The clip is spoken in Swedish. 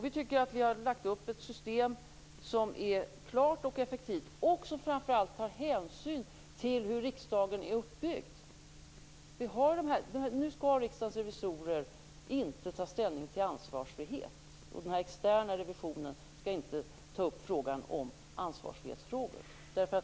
Vi tycker att vi har lagt upp ett system som är klart och effektivt och som framför allt tar hänsyn till hur riksdagen är uppbyggd. Nu skall Riksdagens revisorer inte ta ställning till ansvarsfrihet, och den externa revisionen skall inte ta upp frågan om ansvarsfrihetsfrågor.